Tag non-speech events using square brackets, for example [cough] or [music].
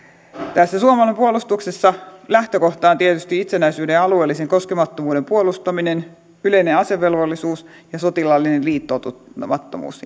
tässä suomalaisessa puolustuksessa lähtökohta on tietysti itsenäisyyden ja alueellisen koskemattomuuden puolustaminen yleinen asevelvollisuus ja sotilaallinen liittoutumattomuus [unintelligible]